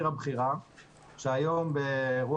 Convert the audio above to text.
אדיר של אפשרויות סביב העקרונות האלה שזוהו כעקרונות